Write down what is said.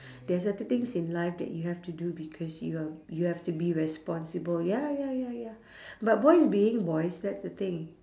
there're certain things in life that you have to do because you're you have to be responsible ya ya ya ya but boys being boys that's the thing